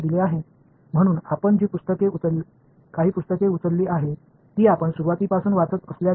ஒளியியல் சமூகத்தின் இயற்பியலை அவர்கள் இல் பயன்படுத்த விரும்புகிறார்கள் என்று சொல்லலாம்